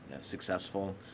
successful